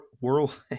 world